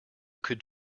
could